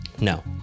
No